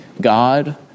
God